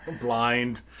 Blind